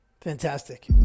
Fantastic